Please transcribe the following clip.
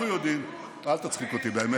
אנחנו יודעים, אל תצחיק אותי, באמת.